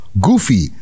Goofy